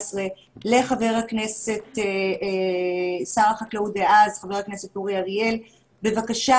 לחבר הכנסת שר החקלאות דאז חבר הכנסת אורי אריאל בבקשה